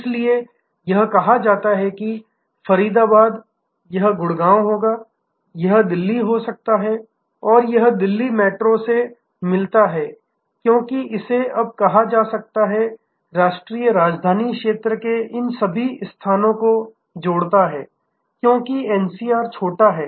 इसलिए यह कहा जाता है कि फरीदाबाद यह गुड़गांव होगा यह दिल्ली हो सकता है और यह दिल्ली मेट्रो से मिलता है क्योंकि इसे अब यह कहा जाता है राष्ट्रीय राजधानी क्षेत्र के इन सभी स्थानों को जोड़ता है क्योंकि एनसीआर छोटा है